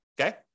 okay